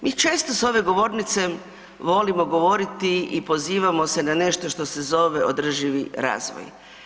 Mi često s ove govornice volimo govoriti i pozivamo se na nešto što se zove održivi razvoj.